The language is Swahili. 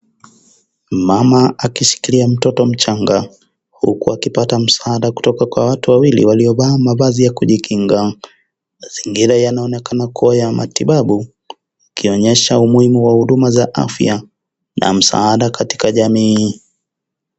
Mama akishikilia mtoto mchanga huku akipata msaada kutoka kwa watu wawili walio vaa mavazi ya kujikinga, mazingira yanaonekana kuwa ya matibabu ikionyesha umuhimu wa huduma za afya na msaada katika jamii.